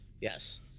Yes